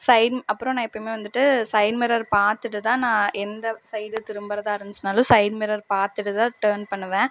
sign அப்புறம் நான் எப்பவுமே வந்துட்டு சைடு மிரர் பார்த்துட்டு தான் நான் எந்த சைடு திரும்புகிறதா இருந்துச்சினாலும் சைடு மிரர் பார்த்துட்டு தான் டேர்ன் பண்ணுவேன்